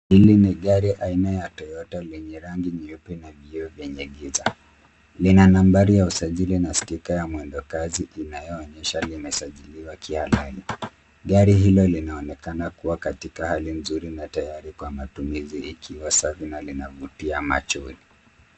Hili ni gari aina ya Toyota lenye rangi nyeupe na vioo vyenye giza. Lina nambari ya usajili na sticker ya mwendo kasi inayoonyesha limesajiliwa kihalali. Gari hilo linaonekana kuwa katika hali nzuri na tayari kwa matumizi likiwa safi na linavutia machoni.